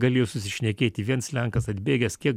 galėjo susišnekėti viens lenkas atbėgęs kiek